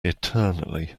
eternally